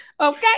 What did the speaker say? Okay